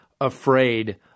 afraid